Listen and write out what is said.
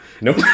Nope